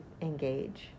engage